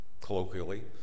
Colloquially